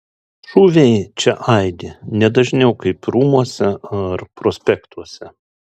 šūviai čia aidi ne dažniau kaip rūmuose ar prospektuose